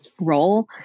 role